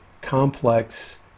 complex